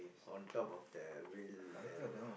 on top of that wheelbarrow